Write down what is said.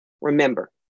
Remember